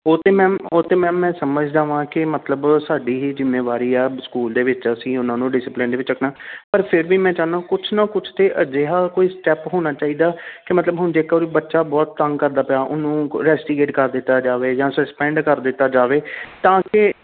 ਉਹ ਤਾਂ ਮੈਮ ਉਹ ਤਾਂ ਮੈਮ ਮੈਂ ਸਮਝਦਾ ਹਾਂ ਕਿ ਮਤਲਬ ਸਾਡੀ ਹੀ ਜਿੰਮੇਵਾਰੀ ਆ ਸਕੂਲ ਦੇ ਵਿੱਚ ਅਸੀਂ ਉਹਨਾਂ ਨੂੰ ਡਿਸਿਪਲਨ ਦੇ ਵਿੱਚ ਰੱਖਣਾ ਪਰ ਫਿਰ ਵੀ ਮੈਂ ਚਾਹੁੰਦਾ ਕੁਛ ਨਾ ਕੁਛ ਤਾਂ ਅਜਿਹਾ ਕੋਈ ਸਟੈੱਪ ਹੋਣਾ ਚਾਹੀਦਾ ਕਿ ਮਤਲਬ ਹੁਣ ਜੇਕਰ ਬੱਚਾ ਬਹੁਤ ਤੰਗ ਕਰਦਾ ਪਿਆ ਉਹਨੂੰ ਰੈਸਟੀਗੇਟ ਕਰ ਦਿੱਤਾ ਜਾਵੇ ਜਾਂ ਸਸਪੈਂਡ ਕਰ ਦਿੱਤਾ ਜਾਵੇ ਤਾਂ ਕਿ